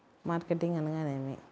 Marketing అనగానేమి?